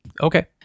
Okay